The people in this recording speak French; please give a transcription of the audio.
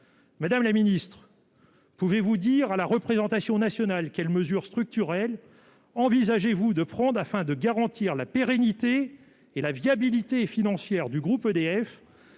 Madame la ministre, pouvez-vous dire à la représentation nationale, quelles mesures structurelles, envisagez-vous de fronde afin de garantir la pérennité et la viabilité financière du groupe EDF,